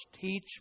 Teach